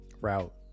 route